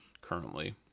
currently